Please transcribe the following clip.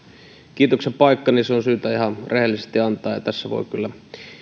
kiitoksen paikka niin se on syytä ihan rehellisesti antaa ja tässä voi kyllä